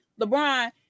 LeBron